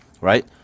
right